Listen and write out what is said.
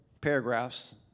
paragraphs